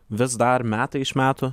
vis dar metai iš metų